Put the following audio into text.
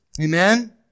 Amen